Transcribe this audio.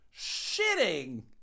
shitting